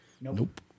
Nope